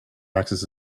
axis